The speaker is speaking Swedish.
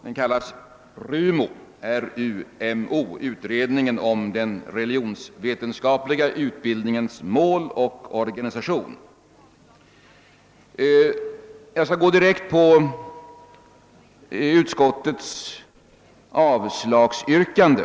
Den kallas RUMO, utredningen om den religionsvetenskapliga utbildningens mål och organisation. Jag skall gå direkt in på utskottets avslagsyrkande.